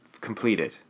Completed